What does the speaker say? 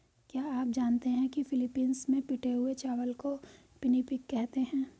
क्या आप जानते हैं कि फिलीपींस में पिटे हुए चावल को पिनिपिग कहते हैं